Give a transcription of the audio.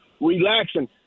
relaxing